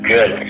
Good